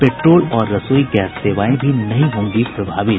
petrol और रसोई gas सेवाएं भी नहीं होंगी प्रभावित